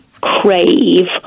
crave